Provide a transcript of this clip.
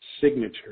signature